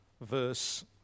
verse